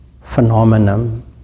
phenomenon